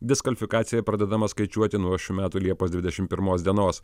diskvalifikacija pradedama skaičiuoti nuo šių metų liepos dvidešimt pirmos dienos